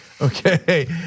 okay